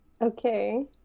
okay